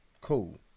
Cool